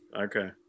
Okay